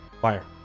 Fire